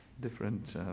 different